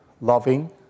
loving